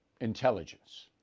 intelligence